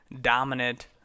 dominant